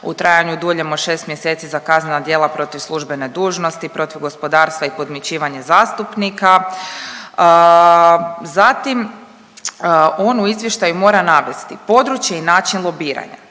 u trajanju duljem od 6 mjeseci za kaznena djela protiv službene dužnosti, protiv gospodarstva i podmićivanje zastupnika, zatim on u izvještaju mora navesti područje i način lobiranja,